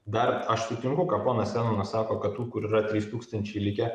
dar aš sutinku ką ponas zenonas sako kad tų kur yra trys tūkstančiai likę